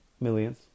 millions